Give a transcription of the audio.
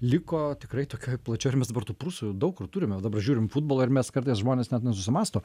liko tikrai tokioj plačioj ir mes dabar tų prūsų daug kur turime dabar žiūrim futbolą ir mes kartais žmonės net nesusimąsto